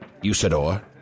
Usador